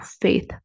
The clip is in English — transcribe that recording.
faith